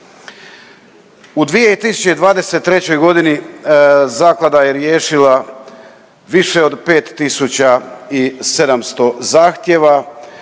U 2023. godini zaklada je riješila više od 5 tisuća